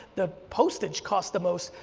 the postage cost the most.